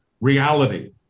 reality